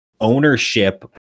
ownership